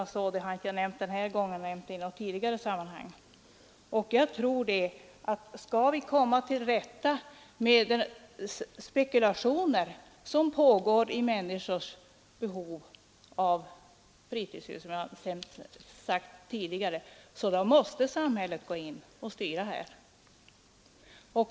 Det har jag inte nämnt den här gången, men det har jag gjort i ett tidigare sammanhang. Jag tror att om vi skall komma till rätta med de spekulationer som pågår i människors behov av fritidshus måste samhället gå in och styra.